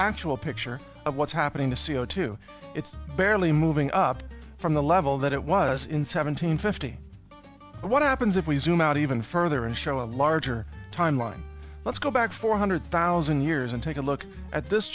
actual picture of what's happening the c o two it's barely moving up from the level that it was in seventeen fifty what happens if we zoom out even further and show a larger timeline let's go back four hundred thousand years and take a look at this